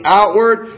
outward